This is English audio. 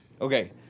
Okay